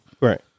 Right